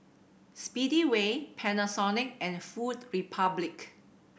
Speedway Panasonic and Food Republic